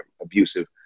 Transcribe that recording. abusive